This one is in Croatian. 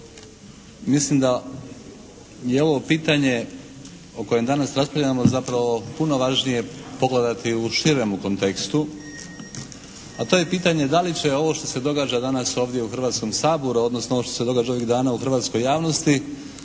Mislim da je ovo pitanje o kojem danas raspravljamo zapravo puno važnije pogledati u širemu kontekstu a to je pitanje da li će ovo što se događa danas ovdje u Hrvatskom saboru odnosno ovo što se događa ovih dana u hrvatskoj javnosti,